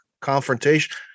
confrontation